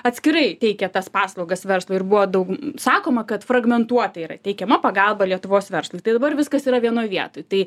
atskirai teikia tas paslaugas verslui ir buvo daug sakoma kad fragmentuota yra teikiama pagalba lietuvos verslui tai dabar viskas yra vienoj vietoj tai